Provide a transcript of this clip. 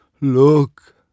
look